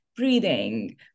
Breathing